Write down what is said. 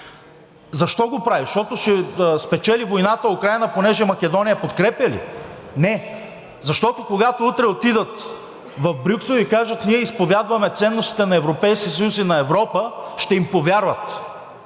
Защо го прави? Защото ще спечели войната Украйна, понеже Македония я подкрепя ли? Не. Защото, когато утре отидат в Брюксел и кажат: ние изповядваме ценностите на Европейския съюз и на Европа, ще им повярват,